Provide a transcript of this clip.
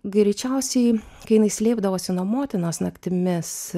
greičiausiai kai jinai slėpdavosi nuo motinos naktimis